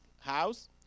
house